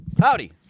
Howdy